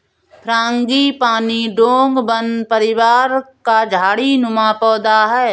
frangipani डोंगवन परिवार का झाड़ी नुमा पौधा है